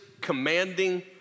commanding